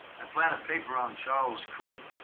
i plan a paper on charles croydon